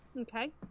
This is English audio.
Okay